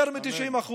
יותר מ-90%.